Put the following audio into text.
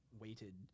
weighted